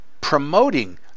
promoting